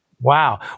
Wow